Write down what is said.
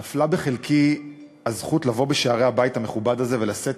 נפלה בחלקי הזכות לבוא בשערי הבית המכובד הזה ולשאת